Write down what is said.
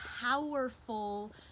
powerful